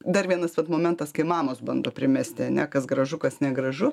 dar vienas vat momentas kai mamos bando primesti ane kas gražu kas negražu